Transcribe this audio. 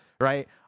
right